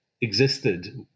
existed